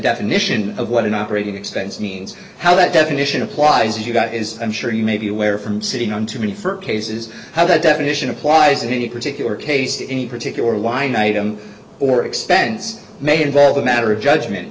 definition of what an operating expense means how that definition applies you got is i'm sure you may be aware from sitting on to me for cases how that definition applies in particular case that any particular line item or expense may involve a matter of judgment